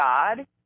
God